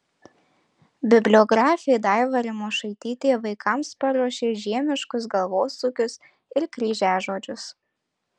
bibliografė daiva rimošaitytė vaikams paruošė žiemiškus galvosūkius ir kryžiažodžius